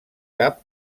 cap